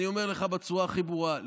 אני אומר לך בצורה הכי ברורה,